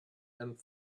and